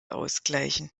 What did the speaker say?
ausgleichen